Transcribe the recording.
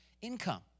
income